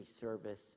service